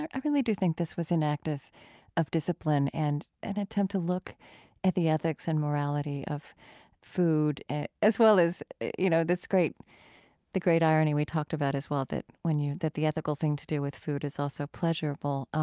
i really do think this was an act of of discipline and an attempt to look at the ethics and morality of food as well as, you know, this great the great irony we talked about as well, that when you that the ethical thing to do with food is also pleasurable.